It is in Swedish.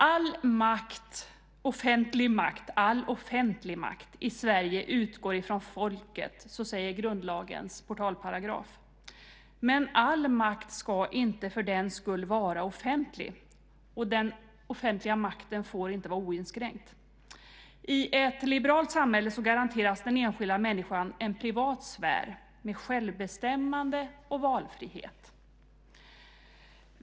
All offentlig makt i Sverige utgår från folket. Så säger grundlagens portalparagraf. Men all makt ska inte för den sakens skull vara offentlig. Och den offentliga makten får inte vara oinskränkt. I ett liberalt samhälle garanteras den enskilda människan en privat sfär med självbestämmande och valfrihet.